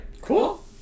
cool